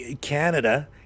Canada